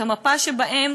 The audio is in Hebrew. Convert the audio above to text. שבהם